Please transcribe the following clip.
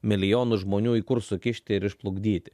milijonus žmonių į kur sukišti ir išplukdyti